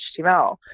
HTML